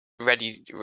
ready